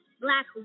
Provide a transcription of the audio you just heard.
Black